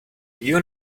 you